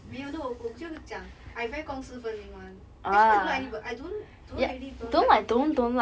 没有 then 我我就讲 I very 公私分明 [one] actually I don't like anyb~ I don't really don't like anybody to I don't don't really don't like anybody I only you don't right here